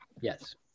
yes